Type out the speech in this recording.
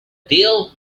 deal